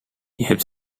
hebt